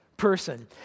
Person